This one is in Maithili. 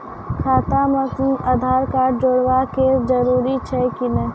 खाता म आधार कार्ड जोड़वा के जरूरी छै कि नैय?